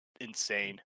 insane